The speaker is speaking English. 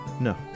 No